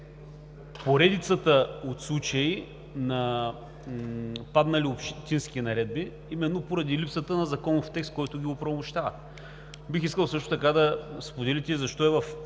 поредицата от случаи на отпаднали общински наредби именно поради липсата на законов текст, който да ги оправомощава. Бих искал също така да споделите защо